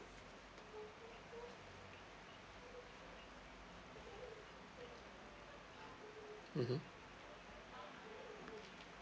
mmhmm